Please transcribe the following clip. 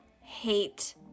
hate